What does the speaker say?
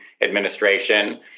Administration